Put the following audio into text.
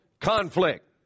conflict